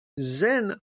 Zen